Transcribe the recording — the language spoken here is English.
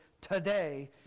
today